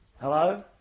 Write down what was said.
Hello